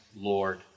Lord